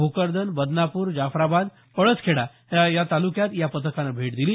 भोकरदन बदनापूर जाफ्राबाद पळसखेडा या तालुक्यात या पथकानं भेट दिली